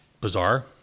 bizarre